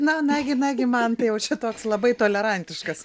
na nagi nagi mantai o čia toks labai tolerantiškas